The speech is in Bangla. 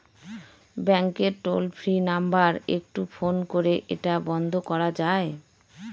ব্যাংকের টোল ফ্রি নাম্বার একটু ফোন করে এটা বন্ধ করা যায়?